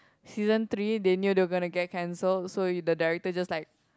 season three they knew they were gonna get cancelled so the director just like